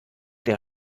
der